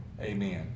Amen